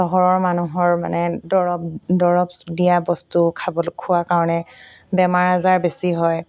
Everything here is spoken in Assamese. চহৰৰ মানুহৰ মানে দৰৱ দৰৱ দিয়া বস্তু খাব খোৱাৰ কাৰণে বেমাৰ আজাৰ বেছি হয়